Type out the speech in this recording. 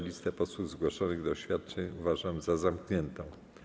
Listę posłów zgłoszonych do oświadczeń uważam za zamkniętą.